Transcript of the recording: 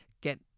get